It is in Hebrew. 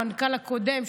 המנכ"ל הקודם,